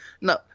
no